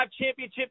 championship